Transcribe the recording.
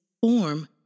form